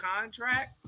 contract